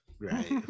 Right